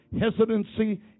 hesitancy